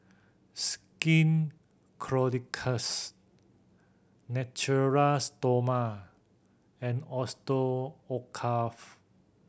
Skin Ceuticals Natura Stoma and Osteocareth